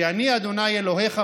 כי אני ה' אלוהיך,